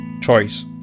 choice